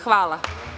Hvala.